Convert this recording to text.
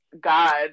God